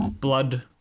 blood